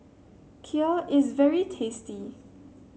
Kheer is very tasty